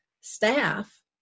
staff